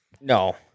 No